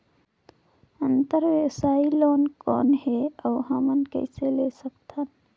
अंतरव्यवसायी लोन कौन हे? अउ हमन कइसे ले सकथन?